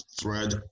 thread